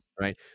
Right